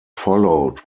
followed